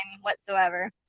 whatsoever